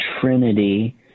trinity